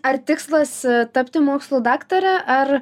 ar tikslas tapti mokslų daktare ar